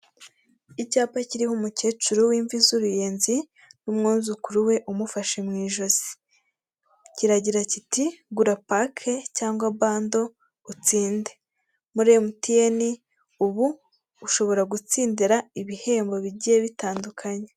Icyapa kiriho umukecuru w'imvi z'ubuyenzi n'umwuzukuru we umufashe mu ijosi, kiragira kiti gura pake cyangwa bando utsinde muri emutiyeni ubu ushobora gutsindira ibihembo bigiye bitandukanye.